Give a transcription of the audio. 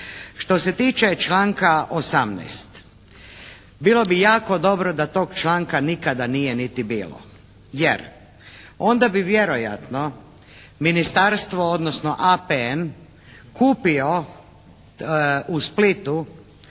Što se tiče članka 18. bilo bi jako dobro da tog članka nikada nije ni bilo, jer onda bi vjerojatno ministarstvo, odnosno APN kupio u Splitu